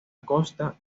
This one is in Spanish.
costa